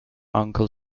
uncle